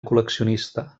col·leccionista